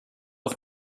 auf